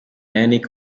yannick